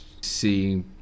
see